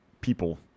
people